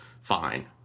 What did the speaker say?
fine